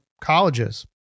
colleges